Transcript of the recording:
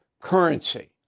currency